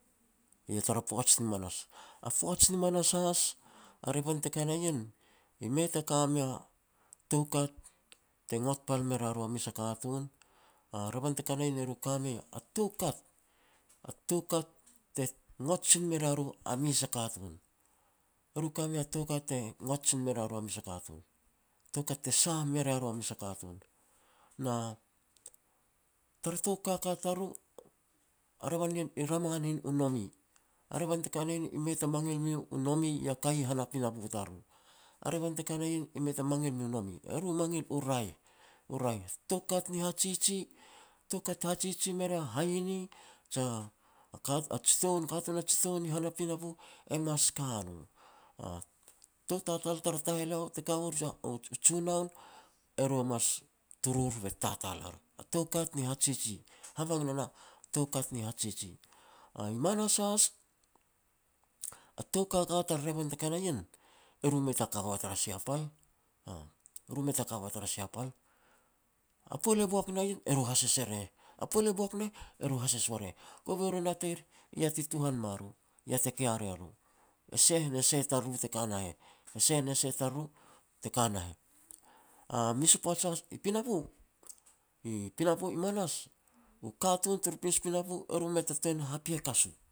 Eiau tara poaj ni manas. A poaj ni manas has a revan te ka ria ien, e mei ta ka mea toukat te ngot pal me ria ru a mes a katun. A revan te ka ria ien, eru i ka mei a toukat, a toukat te ngot sin mea ria ru a mes a katun. Eru ka mei a toukat te ngot sin mea ria ru a mes a katun. Toukat te sah me ria ru a mes a katun, na tara tou kaka tariru, a revan nien i rama nin u nome, a revan te ka ria ien i mei ta mangil mea u nome ya kai i han a pinapo tariru. A revan te ka ria ien e mei ta mangil mea u nome, eru i mangil u raeh. U raeh. Toukat ni hajiji, toukat te hajiji me ria hahine, jia jitoun katun a jitoun ni han a pinapo, e mas ka haraeh er. Tou tatal tara taheleau te ka war u junoun, eru e mas turur be te tatal ar, a toukat ni hajiji, habang ne na toukat ni hajiji. I manas has, a toukat has tara revan te ka ria ien, eru mei ta ka ua tara sia pal, aah, eru e mei ta ka ua tara sia pal. A pual e boak na ien, eru e hases er e heh, a pual e boak na heh, eru e hases war e heh. Kova ru nateir ya ti tuhan ma ru, ya te kia ria ru, e seh ne seh tariru teka na heh, e seh ne seh tariru teka na heh. Mes u poaj has, i pinapo, i pinapo i manas, u katun tur mes u pinapo eru mei ta ten hapiakas u.